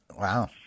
Wow